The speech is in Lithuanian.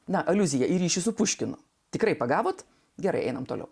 na aliuzija į ryšį su puškino tikrai pagavote gerai einame toliau